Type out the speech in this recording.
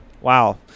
Wow